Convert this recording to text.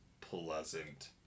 pleasant